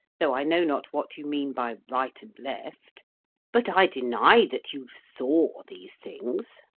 though i know not what you mean by right and left but i deny that you saw these things.